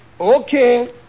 Okay